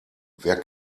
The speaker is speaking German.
wer